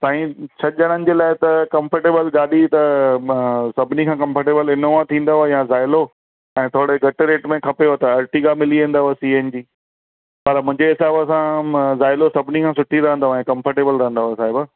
सांईं छह ॼणनि जे लाइ त कंफर्टेबल गाॾी त सभिनी खां कंफर्टेबल इनोवा थींदव या जाइलो ऐं थोरे घटि रेट में खपेव त अर्टिका मिली वेंदव सी एन जी पर मुहिंजे हिसाब सां जाइलो सभिनी खां सुठी रहंदव ऐं कंफर्टेबल रहंदव साहिब